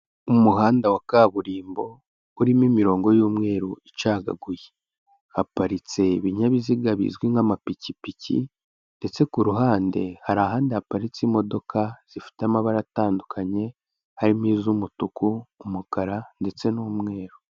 Umuhanda wa kaburimbo urimo imirongo y'umweru icagaguye, haparitse ibinyabiziga bizwi nk'amapikipiki ndetse ku ruhande hari ahandi haparitse imodoka zifite amabara atandukanye, harimo iz'umutuku, umukara ndetse n'umweru.